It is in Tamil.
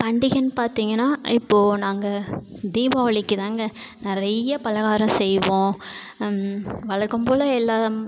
பண்டிகைன்னு பார்த்தீங்கன்னா இப்போது நாங்கள் தீபாவளிக்கு தாங்க நிறைய பலகாரம் செய்வோம் வழக்கம்போல் எல்லாம்